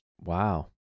Wow